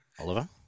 Oliver